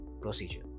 procedure